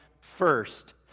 first